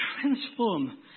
transform